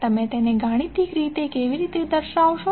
તો તમે તેને ગાણિતિક રીતે કેવી રીતે દર્શાવશો